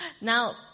Now